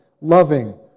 loving